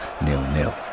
nil-nil